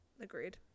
Agreed